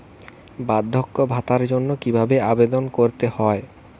বার্ধক্য ভাতার জন্য কিভাবে আবেদন করতে হয়?